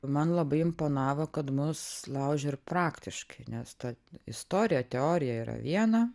man labai imponavo kad mus laužė praktiškai nes ta istorija teorija yra viena